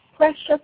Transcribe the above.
Precious